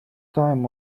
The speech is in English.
time